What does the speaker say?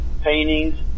paintings